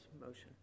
motion